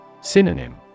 Synonym